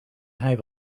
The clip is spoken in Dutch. hij